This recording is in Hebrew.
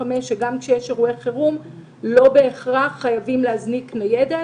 ב-105 הוא שגם כשיש אירועי חירום לא בהכרח חייבים להזניק ניידת.